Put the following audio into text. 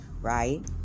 right